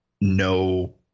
no